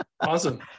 Awesome